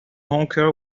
honker